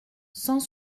cent